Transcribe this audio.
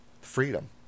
freedom